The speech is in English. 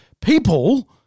people